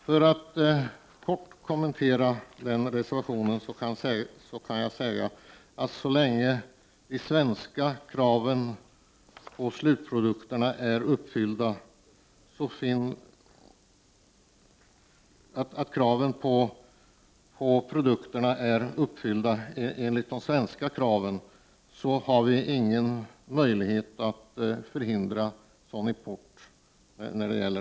För att kort kommentera den reservationen kan jag säga att så länge de svenska kraven på slutprodukten är uppfyllda har vi ingen möjlighet att förhindra import.